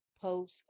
post